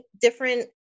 different